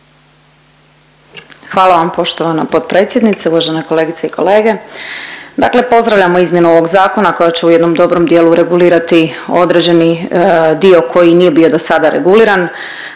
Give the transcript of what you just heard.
Hvala vam poštovana potpredsjednice, uvažene kolegice i kolege. Dakle, pozdravljamo izmjenu ovog zakona koja će u jednom dobrom dijelu regulirati određeni dio koji nije bio do sada reguliran.